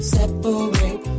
Separate